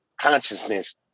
consciousness